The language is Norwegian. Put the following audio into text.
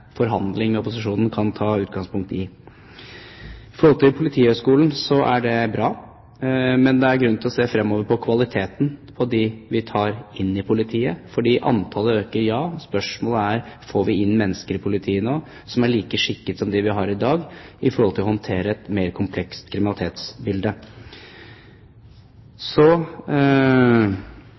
forhandling med opposisjonen kan ta utgangspunkt i. Når det gjelder Politihøgskolen, er det bra. Men det er grunn til å se på kvaliteten på dem vi tar inn i politiet fremover. Antallet øker, ja. Spørsmålet er: Får vi inn mennesker i politiet nå som er like skikket som de vi har i dag til å håndtere et mer komplekst kriminalitetsbilde?